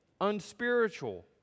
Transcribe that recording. unspiritual